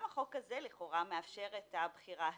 גם החוק הזה, לכאורה, מאפשר את הבחירה הזאת,